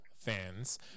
fans